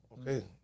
okay